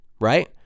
right